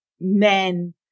Men